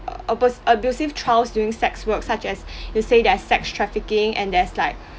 uh abus~ abusive trials during sex work such as you said there's sex trafficking and there's like